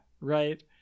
right